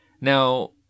now